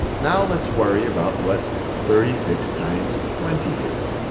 now let's worry about what thirty six times twenty is.